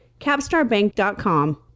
CapstarBank.com